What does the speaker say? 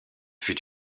fut